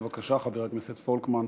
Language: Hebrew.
בבקשה, חבר הכנסת פולקמן.